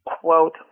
quote